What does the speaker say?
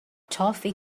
toffee